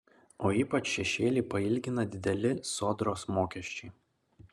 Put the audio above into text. o ypač šešėlį pailgina dideli sodros mokesčiai